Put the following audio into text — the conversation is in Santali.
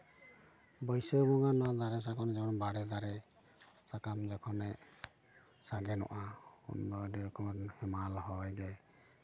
ᱵᱟᱹᱭᱥᱟᱹᱠᱷ ᱵᱚᱸᱜᱟ ᱱᱚᱣᱟ ᱫᱟᱨᱮ ᱥᱟᱠᱟᱢ ᱡᱮᱢᱚᱱ ᱵᱟᱲᱮ ᱫᱟᱨᱮ ᱥᱟᱠᱟᱢ ᱡᱚᱠᱷᱚᱱᱮ ᱥᱟᱜᱮᱱᱚᱜᱼᱟ ᱩᱱ ᱫᱚ ᱟᱹᱰᱤ ᱨᱚᱠᱚᱢ ᱦᱮᱢᱟᱞ ᱦᱚᱭ ᱜᱮ